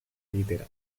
egitera